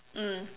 mm